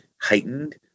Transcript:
heightened